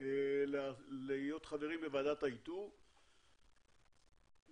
להיות חברים בקרן